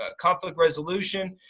ah conflict resolution.